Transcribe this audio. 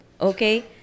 Okay